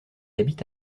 habite